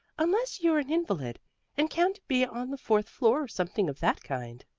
unless you're an invalid and can't be on the fourth floor or something of that kind.